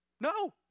No